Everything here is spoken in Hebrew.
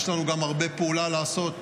יש לנו גם הרבה פעולות לעשות,